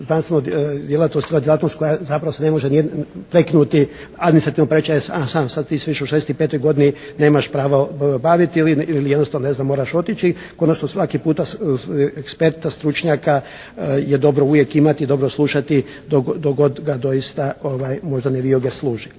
znanstvena djelatnost koja zapravo se ne može prekinuti administrativno pa reći a ti si više u 65. godini nemaš pravo baviti ili jednostavno ne znam moraš otići. Konačno svaki put ekspert stručnjaka je dobro uvijek imati, dobro slušati dok god ga doista moždane vijuge služe.